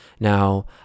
Now